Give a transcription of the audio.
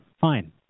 fine